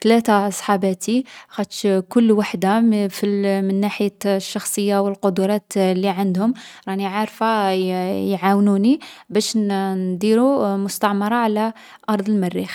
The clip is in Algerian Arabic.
تلاثة صحاباتي. كل وحدة عندها شخصيتها و قدراتها، تسما يكونولي فريق كامل، وحدة تكمّل لُخرى.